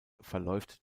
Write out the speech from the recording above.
verläuft